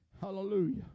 Hallelujah